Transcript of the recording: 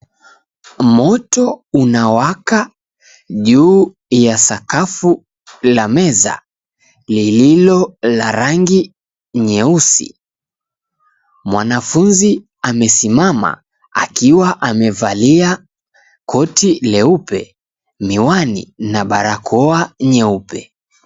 Moto unawaka juu ya sakafu la meza lililo la rangi nyeusi; mwanafunzi amesimama akiwa amevalia koti leupe, miwani, na barakoa nyeupe.